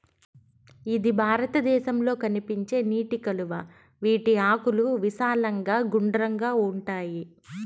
ఇది భారతదేశంలో కనిపించే నీటి కలువ, వీటి ఆకులు విశాలంగా గుండ్రంగా ఉంటాయి